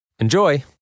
Enjoy